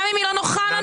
גם אם היא לא נוחה לנו.